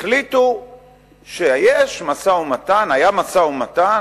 החליטו שיש משא-ומתן, היה משא-ומתן,